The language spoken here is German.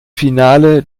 finale